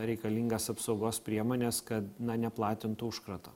reikalingas apsaugos priemones kad neplatintų užkrato